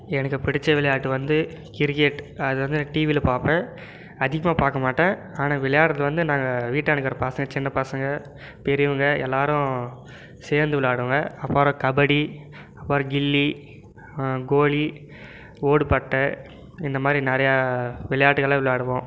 எனக்கு பிடித்த விளையாட்டு வந்து கிரிக்கெட் அதுவந்து நான் டிவியில் பார்ப்பேன் அதிகமாக பார்க்கமாட்டேன் ஆனால் விளையாடுறது வந்து நாங்கள் வீட்டாண்ட இருக்கிற பசங்க சின்னப் பசங்க பெரியவங்க எல்லாரும் சேர்ந்து விளாடுங்க அப்பறம் கபடி அப்பறம் கில்லி கோலி ஓடுபட்ட இந்தமாதிரி நிறையா விளையாட்டுகள்லாம் விளாடுவோம்